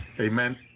amen